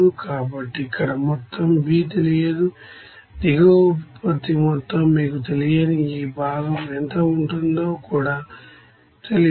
కాబట్టి ఇక్కడ మొత్తం B తెలియదు దిగువ ఉత్పత్తి మొత్తం మీకు తెలియని ఈ భాగం ఎంత ఉంటుందో కూడా తెలియదు